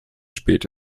spät